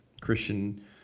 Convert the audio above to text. Christian